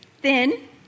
thin